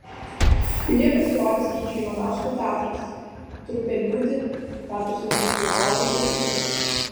joje pasirodys gyčio ivanausko teatras trupė liūdi teatras ugnies valdovai ir kiti